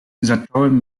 zacząłem